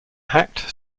hacked